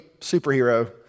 superhero